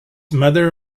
mother